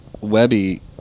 Webby